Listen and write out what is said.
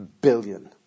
billion